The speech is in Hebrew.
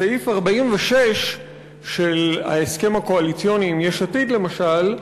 סעיף 46 של ההסכם הקואליציוני עם יש עתיד, למשל,